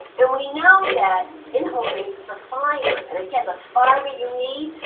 and we know that in whole grains is the fiber. and again, the fiber you need.